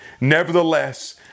Nevertheless